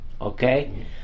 Okay